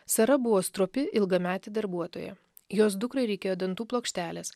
sara buvo stropi ilgametė darbuotoja jos dukrai reikėjo dantų plokštelės